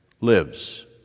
lives